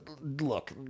look